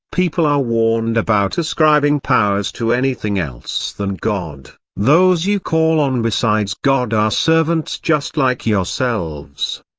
people are warned about ascribing powers to anything else than god those you call on besides god are servants just like yourselves.